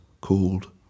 called